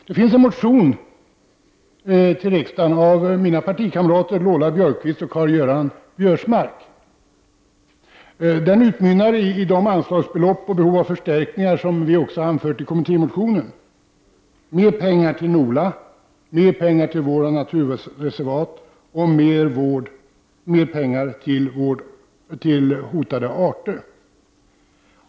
Det finns en motion till riksdagen, väckt av mina partikamrater Lola Björkquist och Karl-Göran Biörsmark, som utmynnar i de anslagsbelopp och de behov av förstärkningar som vi också har anfört i kommittémotionen: mer pengar till NOLA, mer pengar till vård av naturreservat och mer pengar till vård av hotade arter.